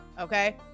Okay